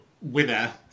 winner